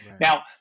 Now